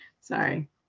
sorry